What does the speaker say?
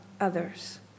others